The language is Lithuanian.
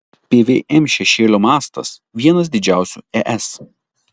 pvm šešėlio mastas vienas didžiausių es